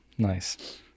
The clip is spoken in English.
Nice